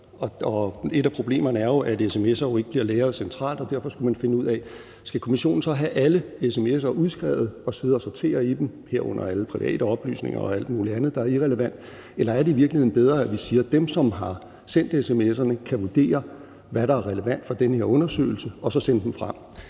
et af problemerne er jo, at sms'er ikke bliver lagret centralt, og derfor skulle man finde ud af, om kommissionen så skal have alle sms'er udskrevet og sidde og sortere i dem, herunder alle private oplysninger og alt muligt andet, der er irrelevant, eller er det i virkeligheden bedre, at vi siger, at dem, som har sendt sms'erne, kan vurdere, hvad der er relevant for den her undersøgelse og så sende dem frem?